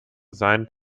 sein